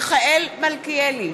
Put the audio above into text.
מיכאל מלכיאלי,